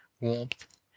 warmth